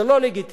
זה לא לגיטימי.